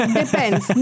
depends